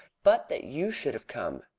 but that you should have come!